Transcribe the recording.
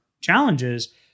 challenges